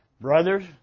Brothers